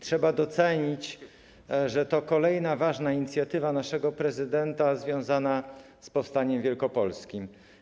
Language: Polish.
Trzeba docenić, że to kolejna ważna inicjatywa naszego prezydenta związana z powstaniem wielkopolskim.